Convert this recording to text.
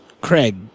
craig